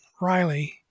Riley